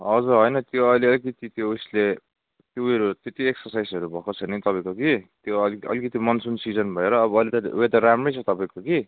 हजुर होइन त्यो अहिले अलिकति त्यो उसले त्योहरू त्यति एक्ससाइजहरू भएको छैन तपाईँको कि त्यो अलिकति अलिकति मनसुन सिजन भएर अब अहिले त वेदर राम्रै छ तपाईँको कि